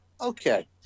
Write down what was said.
Okay